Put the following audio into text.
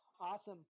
Awesome